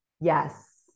Yes